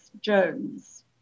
Jones